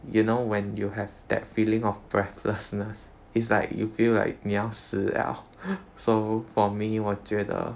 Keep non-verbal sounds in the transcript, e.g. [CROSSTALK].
you know when you have that feeling of breathlessness it's like you feel like 你要死了 [BREATH] so for me 我觉得